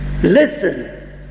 Listen